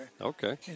Okay